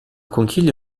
conchiglia